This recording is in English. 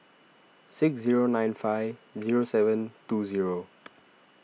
six zero nine five zero seven two zero